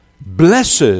Blessed